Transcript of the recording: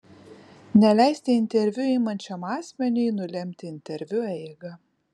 neleisti interviu imančiam asmeniui nulemti interviu eigą